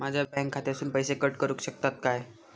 माझ्या बँक खात्यासून पैसे कट करुक शकतात काय?